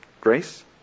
Grace